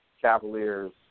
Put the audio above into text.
Cavaliers